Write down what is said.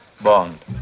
Bond